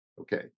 Okay